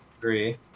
Three